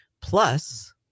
plus